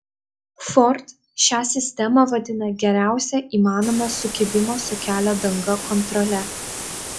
ford šią sistemą vadina geriausia įmanoma sukibimo su kelio danga kontrole